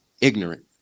ignorant